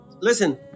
Listen